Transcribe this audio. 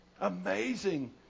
Amazing